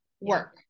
work